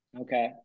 Okay